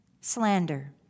slander